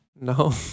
No